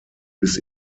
bis